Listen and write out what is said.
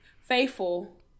faithful